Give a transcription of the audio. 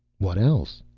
what else?